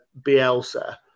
Bielsa